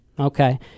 Okay